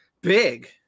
big